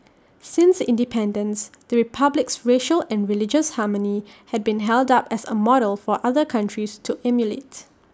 since independence the republic's racial and religious harmony has been held up as A model for other countries to emulates